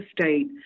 state